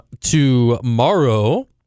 tomorrow